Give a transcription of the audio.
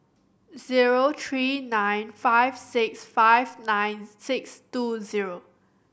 zero three nine five six five nine six two zero